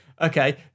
Okay